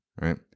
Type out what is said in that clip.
right